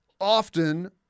Often